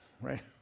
right